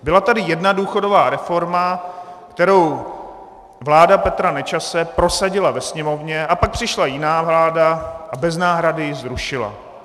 Byla tady jedna důchodová reforma, kterou vláda Petra Nečase prosadila ve Sněmovně, a pak přišla jiná vláda a bez náhrady ji zrušila.